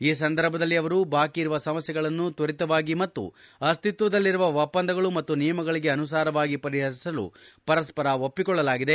ಈ ಸಂದರ್ಭದಲ್ಲಿ ಅವರು ಬಾಕಿ ಇರುವ ಸಮಸ್ಯೆಗಳನ್ನು ತ್ವರಿತವಾಗಿ ಮತ್ತು ಅಸ್ತಿತ್ವದಲ್ಲಿರುವ ಒಪ್ಪಂದಗಳು ಮತ್ತು ನಿಯಮಗಳಿಗೆ ಅನುಸಾರವಾಗಿ ಪರಿಹರಿಸಲು ಪರಸ್ಪರ ಒಪ್ಪಿಕೊಳ್ಳಲಾಗಿದೆ